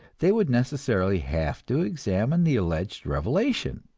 they would necessarily have to examine the alleged revelation.